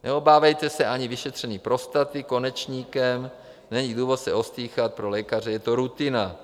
Neobávejte se ani vyšetření prostaty konečníkem, není důvod se ostýchat, pro lékaře je to rutina.